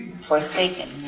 Forsaken